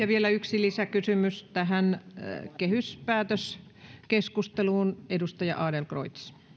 vielä yksi lisäkysymys tähän kehyspäätöskeskusteluun edustaja adlercreuz ärade